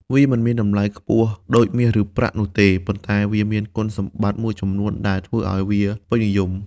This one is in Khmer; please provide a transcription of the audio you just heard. វាមិនមានតម្លៃខ្ពស់ដូចមាស ឬប្រាក់នោះទេ ប៉ុន្តែវាមានគុណសម្បត្តិមួយចំនួនដែលធ្វើឲ្យវាពេញនិយម។